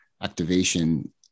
activation